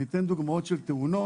אני אתן דוגמאות של תאונות,